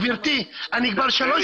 גבירתי, אני כבר שלוש